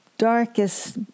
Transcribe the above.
darkest